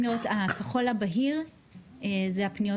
לראות שהצבע הכחול הבהיר אלו הפניות